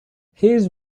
his